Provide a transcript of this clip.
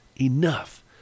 enough